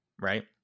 right